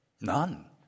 None